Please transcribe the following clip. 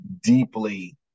deeply